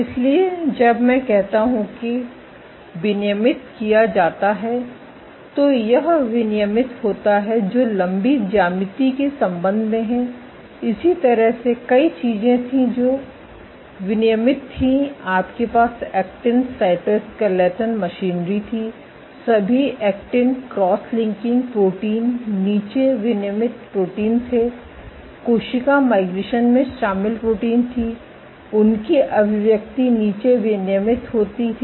इसलिए जब मैं कहता हूं कि विनियमित किया जाता है तो यह विनियमित होता है जो लम्बी ज्यामिति के संबंध में है इसी तरह से कई चीजें थीं जो नीचे विनियमित थीं आपके पास एक्टिन साइटोस्केलेटन मशीनरी थी सभी एक्टिन क्रॉस लिंकिंग प्रोटीन नीचे विनियमित प्रोटीन थे कोशिका माइग्रेशन में शामिल प्रोटीन थी उनकी अभिव्यक्ति नीचे विनियमित थी